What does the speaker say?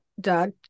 Doug